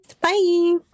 bye